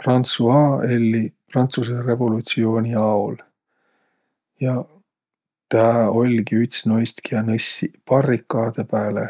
Françoise elli Prantsusõ revolutsiooni aol. Ja tä oll'gi üts noist, kiä nõssiq barrikaadõ pääle